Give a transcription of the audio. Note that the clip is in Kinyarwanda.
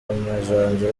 amajanja